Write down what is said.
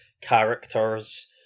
characters